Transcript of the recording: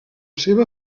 seva